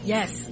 Yes